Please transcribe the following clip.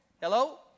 Hello